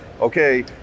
okay